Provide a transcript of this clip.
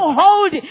hold